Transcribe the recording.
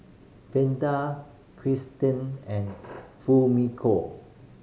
Freida Kirsten and Fumiko